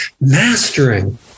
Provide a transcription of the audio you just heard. mastering